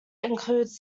includes